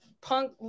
Punk